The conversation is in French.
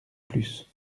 plus